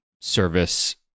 service